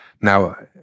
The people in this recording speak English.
now